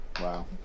Wow